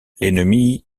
l’ennemi